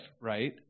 right